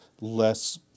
less